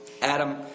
Adam